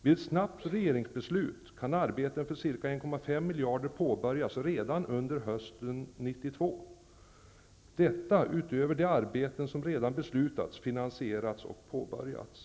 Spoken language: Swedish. Vid ett snabbt regeringsbeslut kan arbeten för ca 1,5 miljarder påbörjas redan under hösten 1992 -- detta utöver de arbeten som redan beslutats, finansierats och påbörjats.